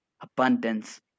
abundance